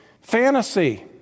fantasy